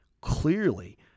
clearly